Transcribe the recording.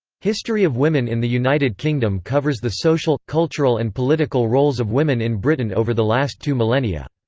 history of women in the united kingdom covers the social, cultural and political roles of women in britain over the last two millennia.